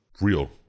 real